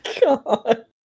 God